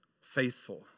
faithful